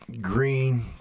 green